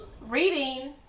reading